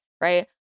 Right